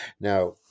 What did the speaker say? Now